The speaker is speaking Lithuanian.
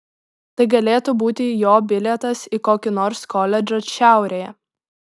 tai galėtų būti jo bilietas į kokį nors koledžą šiaurėje